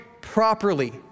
properly